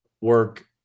work